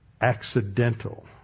accidental